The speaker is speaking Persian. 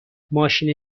ماشین